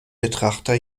betrachter